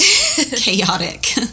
chaotic